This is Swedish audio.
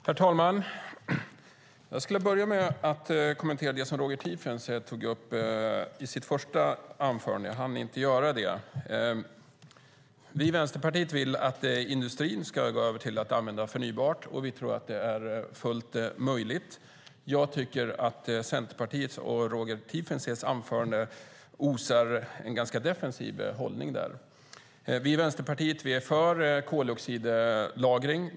Herr talman! Jag skulle vilja börja med att kommentera det som Roger Tiefensee tog upp i sitt första anförande eftersom jag inte hann göra det. Vi i Vänsterpartiet vill att industrin ska gå över till att använda förnybart, och vi tror att det är fullt möjligt. Jag tycker att Centerpartiet och Roger Tiefensees anförande osar en ganska defensiv hållning när det gäller detta. Vi i Vänsterpartiet är för koldioxidlagring.